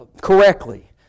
correctly